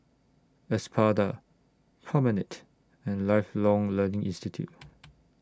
Espada Promenade and Lifelong Learning Institute